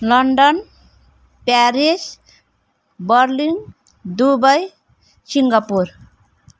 London Paris Berlin Dubai Singapore